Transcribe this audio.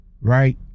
Right